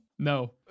No